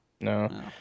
No